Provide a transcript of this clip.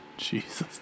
Jesus